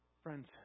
Friends